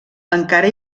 encara